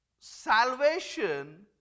salvation